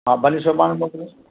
हा भली सुभाणे मोकलयोसि